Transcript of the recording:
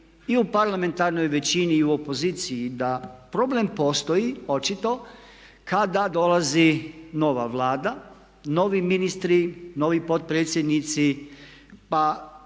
i u parlamentarnoj većini i u opoziciji da problem postoji očito kada dolazi nova Vlada, novi ministri, novi potpredsjednici pa